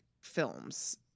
films